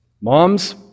mom's